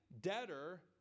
debtor